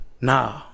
Nah